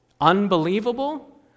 Unbelievable